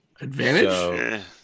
Advantage